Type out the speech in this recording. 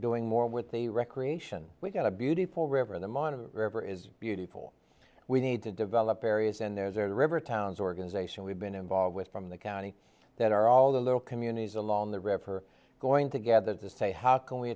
doing more with the recreation we've got a beautiful river in the monitor river is beautiful we need to develop areas and there's a river towns organization we've been involved with from the county that are all the little communities along wrapper going together to say how can we